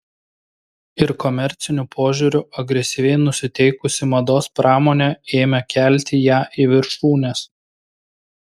ir komerciniu požiūriu agresyviai nusiteikusi mados pramonė ėmė kelti ją į viršūnes